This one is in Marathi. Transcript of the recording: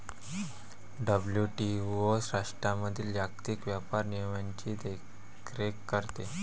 डब्ल्यू.टी.ओ राष्ट्रांमधील जागतिक व्यापार नियमांची देखरेख करते